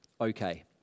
okay